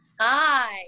Hi